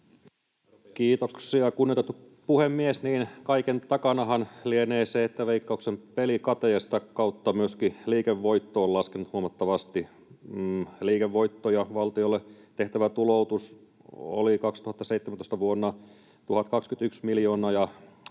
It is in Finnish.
Kiitoksia, kunnioitettu puhemies! Niin, kaiken takanahan lienee se, että Veikkauksen pelikate ja sitä kautta myöskin liikevoitto on laskenut huomattavasti. Liikevoitto ja valtiolle tehtävä tuloutus vuonna 2017 oli 1 021 miljoonaa